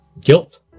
guilt